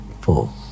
Four